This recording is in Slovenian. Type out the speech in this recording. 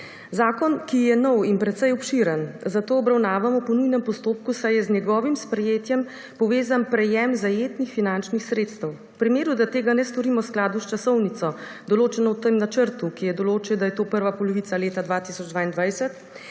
Zakon, ki je nov in precej obširen, zato obravnavamo po nujnem postopku, saj je z njegovim sprejetjem povezan prejem zajetnih finančnih sredstev. V primeru, da tega ne storimo v skladu z časovnico določeno v tem načrtu, ki je določil, da je to prva polovica leta 2022